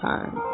Time